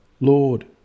Lord